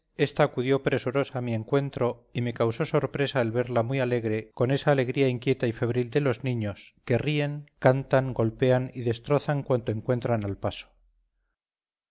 ésta acudió presurosa a mi encuentro y me causó sorpresa el verla muy alegre con esa alegría inquieta y febril de los niños que ríen cantan golpean y destrozan cuanto encuentran al paso